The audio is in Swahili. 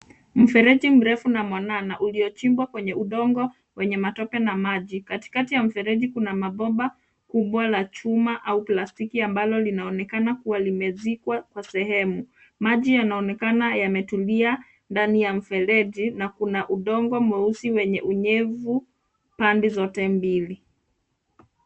Mfereji mrefu na mwanana uliochimbwa kwenye udongo wenye matope na maji. Katikati ya mfereji kuna mabomba kubwa la chuma au blastiki ambalo linaonekana kuwa limezikwa kwa sehemu. Maji yanaonekana yametulia ndani ya mfereji na kuna udongo mweusi wenye unyevu pande zote mbili.